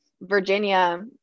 Virginia